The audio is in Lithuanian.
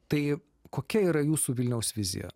tai kokia yra jūsų vilniaus vizija